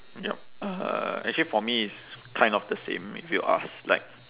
yup uh actually for me it's kind of the same if you ask like